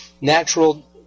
natural